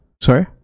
Sorry